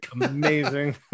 amazing